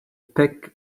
peck